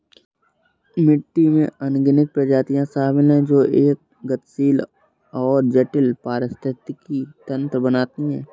मिट्टी में अनगिनत प्रजातियां शामिल हैं जो एक गतिशील और जटिल पारिस्थितिकी तंत्र बनाती हैं